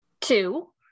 two